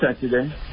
Saturday